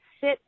sit